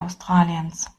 australiens